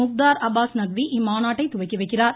முக்தார் அப்பாஸ் நக்வி இம்மாநாட்டை துவக்கி வைக்கிறார்